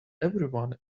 everyone